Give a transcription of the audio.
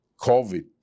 COVID